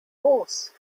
horse